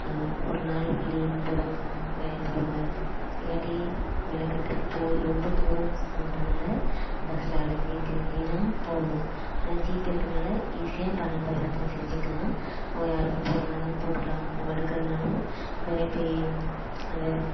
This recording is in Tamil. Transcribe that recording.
ஒரு நாள் லீவு போடணும் வேலைக்கு போடுறவங்க இல்லாட்டி மெனக்கெட்டுப் போய் ரொம்ப துாரம்கிறதுனால பஸ்சில் அலைஞ்சி திரிஞ்சுதான் போகணும் ஆனால் ஜிபே இருக்கிறனால ஈஸியாப் பணம் பரிவர்த்தனை செஞ்சுக்கலாம் ஓ யாருக்கும் போடுறதுனாலும் போட்டுகலாம் நம்ம எடுக்கிறதுனாலும் உடனே போயி அந்த